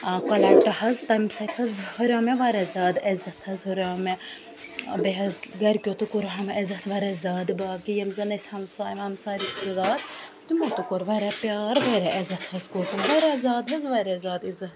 ٲں کۄلیٚکٹہٕ حظ تَمہِ سۭتۍ حظ ہُریٛو مےٚ واریاہ زیادٕ عزت حظ ہُریٛو مےٚ بیٚیہِ حظ گھرِکیٛو تہِ کوٚرہَم عزت واریاہ زیادٕ باقٕے یِم زَن أسۍ ہمساے وَمساے رِشتہٕ دار تِمو تہِ کوٚر واریاہ پیٛار واریاہ عزت حظ کوٚر تِمو واریاہ زیادٕ حظ واریاہ زیادٕ عزت